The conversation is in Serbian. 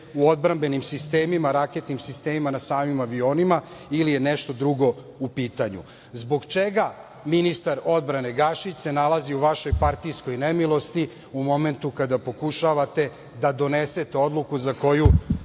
u odbrambenim sistemima, raketnim sistemima na samim avionima ili je nešto drugo u pitanju? Zbog čega ministar odbrane Gašić se nalazi u vašoj partijskoj nemilosti u momentu kada pokušavate da donesete odluku za koju